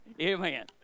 Amen